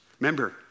Remember